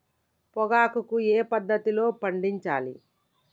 పొగాకు ఏ పద్ధతిలో పండించాలి?